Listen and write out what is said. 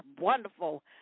wonderful